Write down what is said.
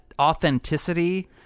authenticity